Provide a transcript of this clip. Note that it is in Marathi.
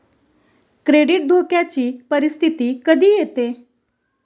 क्रेडिट धोक्याची परिस्थिती कधी येते